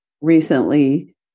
recently